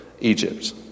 Egypt